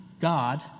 God